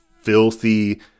filthy